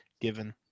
given